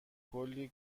کلی